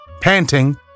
panting